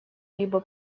либо